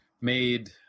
made